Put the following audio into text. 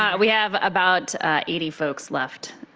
um we have about eighty folks left.